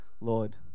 Lord